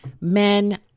Men